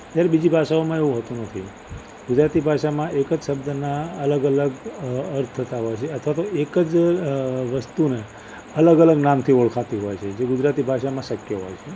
જયારે બીજી ભાષાઓમાં એવું હોતું નથી ગુજરાતી ભાષામાં એક જ શબ્દના અલગ અલગ અર્થ થતા હોય છે અથવા તો એક જ વસ્તુના અલગ અલગ નામ થી ઓળખાતી હોય છે જે ગુજરાતી ભાષામાં શક્ય હોય છે